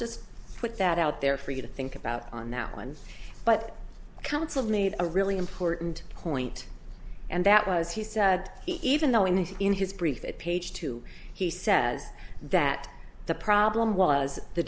just put that out there for you to think about on that one but council made a really important point and that was he said even though in the in his brief at page two he says that the problem was the